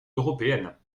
européenne